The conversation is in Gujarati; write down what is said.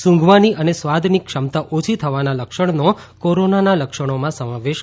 સુંઘવાની અને સ્વાદની ક્ષમતા ઓછી થવાના લક્ષણનો કોરોનાના લક્ષણોમાં સમાવેશ કરાયો છે